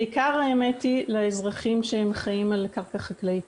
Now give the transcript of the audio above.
בעיקר לאזרחים שחיים על קרקע חקלאית.